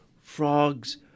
frogs